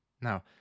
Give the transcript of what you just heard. Now